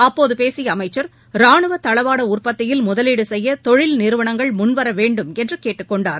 அப்போது பேசிய அமைச்சர் ராணுவ தளவாட உற்பத்தியில் முதலீடு செய்ய தொழில் நிறுவனங்கள் முன்வர வேண்டும் என்று கேட்டுக்கொண்டார்